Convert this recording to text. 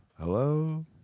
Hello